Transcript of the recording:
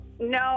No